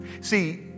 See